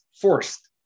forced